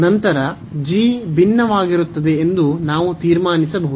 ನಂತರ ಭಿನ್ನವಾಗಿರುತ್ತದೆ ಎಂದು ನಾವು ತೀರ್ಮಾನಿಸಬಹುದು